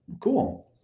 cool